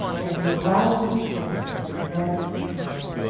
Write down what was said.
then he growled, with his grinch fingers nervously drumming,